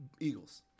Eagles